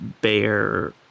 Bear